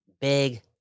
big